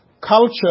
culture